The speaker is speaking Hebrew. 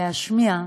להשמיע,